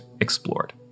explored